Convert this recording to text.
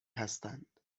هستند